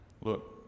Look